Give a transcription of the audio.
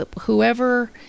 Whoever